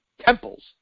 temples